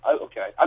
okay